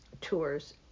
tours